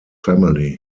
family